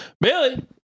Billy